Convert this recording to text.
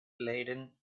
laden